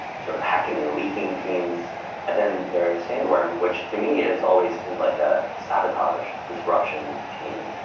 sort of hacking and leaking teams and then there's sandworm, which to me has always seemed like a sabotage disruption team.